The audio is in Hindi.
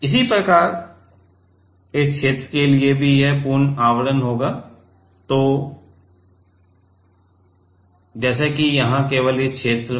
इसी प्रकार इस क्षेत्र के लिए भी यह पूर्ण आवरण होगा तो ऐसा ही होता है जैसे कि यहाँ केवल इस क्षेत्र में